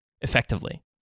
effectively